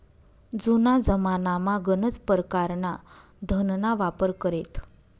जुना जमानामा गनच परकारना धनना वापर करेत